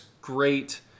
great